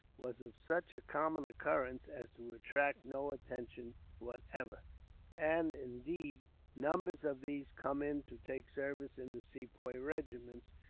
was of such common occurrence as to attract no attention whatever and, indeed, numbers of these come in to take service in the sepoy regiments,